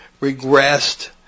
regressed